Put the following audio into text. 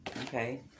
okay